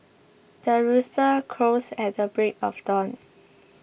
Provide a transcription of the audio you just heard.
the rooster crows at the break of dawn